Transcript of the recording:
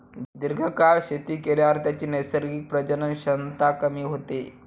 दीर्घकाळ शेती केल्यावर त्याची नैसर्गिक प्रजनन क्षमता कमी होते